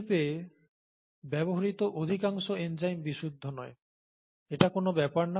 শিল্পে ব্যবহৃত অধিকাংশ এনজাইম বিশুদ্ধ নয় এটা কোন ব্যাপার না